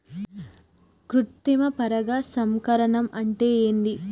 కృత్రిమ పరాగ సంపర్కం అంటే ఏంది?